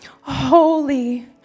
holy